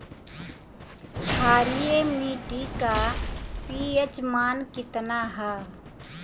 क्षारीय मीट्टी का पी.एच मान कितना ह?